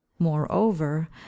moreover